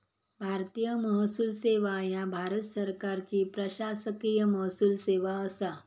भारतीय महसूल सेवा ह्या भारत सरकारची प्रशासकीय महसूल सेवा असा